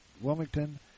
Wilmington